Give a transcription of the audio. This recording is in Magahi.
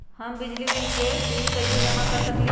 हम बिजली के बिल कईसे जमा कर सकली ह?